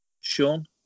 Sean